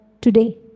today